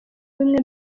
bimwe